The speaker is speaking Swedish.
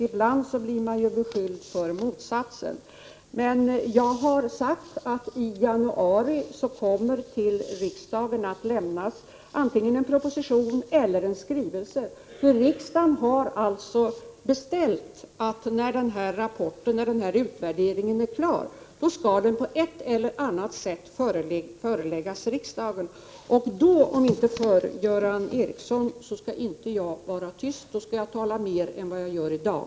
Ibland blir jag beskylld för motsatsen. Jag har sagt att det i januari till riksdagen kommer att lämnas antingen en proposition eller en skrivelse. Riksdagen har alltså beställt att denna utvärdering på ett eller annat sätt skall föreläggas riksdagen när den är klar. Då, om inte förr, skall jag inte vara tyst, Göran Ericsson, utan jag skall tala mer än jag gör i dag.